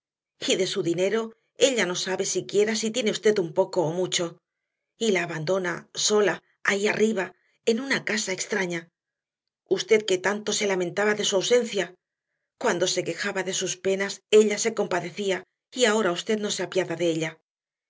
de su dinero ella no sabe siquiera si tiene usted un poco o mucho y la abandona sola ahí arriba en una casa extraña usted que tanto se lamentaba de su ausencia cuando se quejaba de sus penas ella se compadecía y ahora usted no se apiada de ella